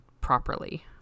properly